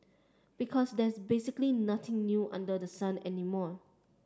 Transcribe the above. because there's basically nothing new under the sun anymore